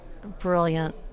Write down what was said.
brilliant